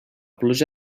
pluja